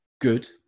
good